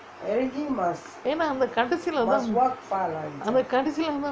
ஏன்னா அந்த கடைசிலே தான் அந்த கடைசியா தான்:yennaa antha kadaisilae thaan antha kadaisiyaa thaan